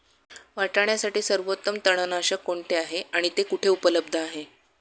वाटाण्यासाठी सर्वोत्तम तणनाशक कोणते आहे आणि ते कुठे उपलब्ध आहे?